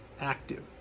active